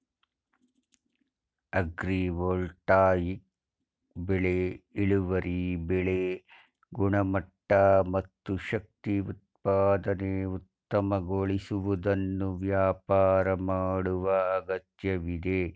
agrivoltaic ಬೆಳೆ ಇಳುವರಿ ಬೆಳೆ ಗುಣಮಟ್ಟ ಮತ್ತು ಶಕ್ತಿ ಉತ್ಪಾದನೆ ಉತ್ತಮಗೊಳಿಸುವುದನ್ನು ವ್ಯಾಪಾರ ಮಾಡುವ ಅಗತ್ಯವಿದೆ